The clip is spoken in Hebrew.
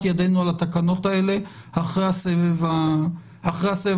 ידינו על התקנות האלה אחרי הסבב הנוכחי.